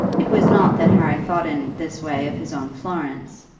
it was not that harry thought in this way of his own florence.